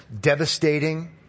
devastating